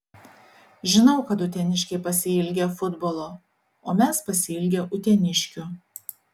žinau kad uteniškiai pasiilgę futbolo o mes pasiilgę uteniškių